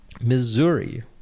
Missouri